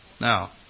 Now